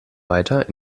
weiter